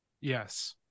yes